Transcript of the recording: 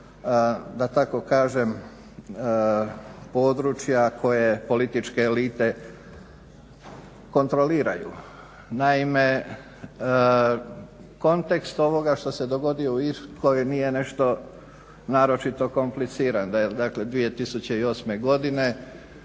da tako kažem područja koje političke elite kontroliraju. Naime, kontekst ovoga što se dogodio u Irskoj nije nešto naročito kompliciran. Da je dakle 2008. godine